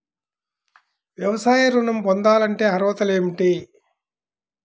వ్యవసాయ ఋణం పొందాలంటే అర్హతలు ఏమిటి?